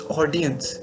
audience